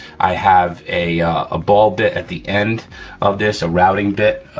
i have a a ball bit at the end of this, a routing bit.